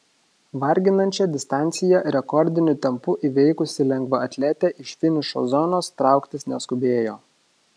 varginančią distanciją rekordiniu tempu įveikusi lengvaatletė iš finišo zonos trauktis neskubėjo